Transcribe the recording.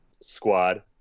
squad